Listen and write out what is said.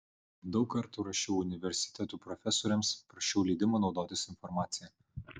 daug kartų rašiau universitetų profesoriams prašiau leidimo naudotis informacija